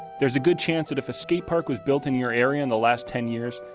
there's a good chance that if a skate park was built in your area in the last ten years,